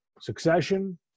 succession